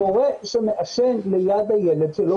הורה שמעשן ליד הילד שלו,